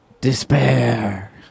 Despair